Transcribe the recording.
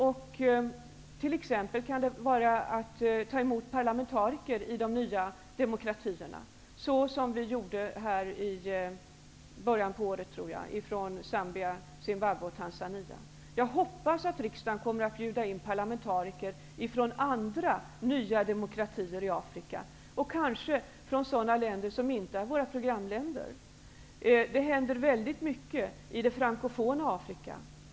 Man kan t.ex. ta emot parlamentariker från de nya demokratierna så som vi gjorde här i riksdagen i början på året med parlamentariker från Zambia, Zimbabwe och Jag hoppas att riksdagen kommer att bjuda in parlamentariker från andra nya demokratier i Afrika, kanske från sådana länder som inte hör till våra programländer. Det händer väldigt mycket i det frankofona Afrika.